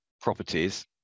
properties